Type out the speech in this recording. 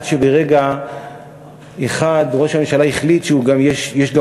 עד שברגע אחד ראש הממשלה החליט שיש גם